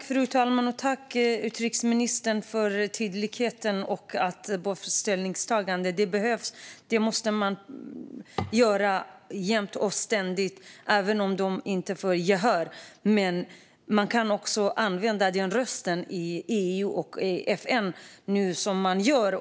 Fru talman! Tack, utrikesministern, för tydligheten och ställningstagandet! Det behövs, och det måste man göra jämt och ständigt även om man inte får gehör. Man kan också använda rösten i EU och FN, som man nu gör.